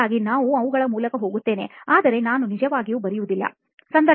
ಹಾಗಾಗಿ ನಾನು ಅವುಗಳ ಮೂಲಕ ಹೋಗುತ್ತೇನೆ ಆದರೆ ನಾನು ನಿಜವಾಗಿಯೂ ಬರೆಯುವುದಿಲ್ಲ